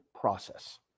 process